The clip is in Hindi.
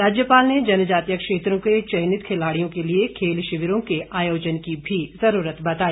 राज्यपाल ने जनजातीय क्षेत्रों के चयनित खिलाड़ियों के लिए खेल शिविरों के आयोजन की भी जरूरत बताई